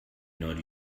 not